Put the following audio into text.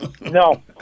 No